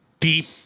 deep